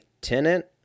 Tenant